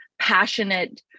passionate